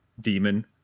demon